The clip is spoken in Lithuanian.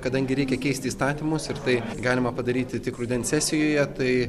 kadangi reikia keisti įstatymus ir tai galima padaryti tik rudens sesijoje tai